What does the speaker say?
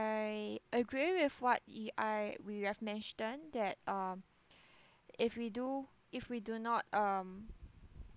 I agree with what y~ I you have mentioned that um if we do if we do not um